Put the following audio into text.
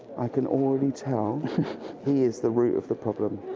i can already tell he is the root of the problem,